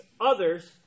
others